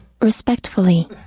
Respectfully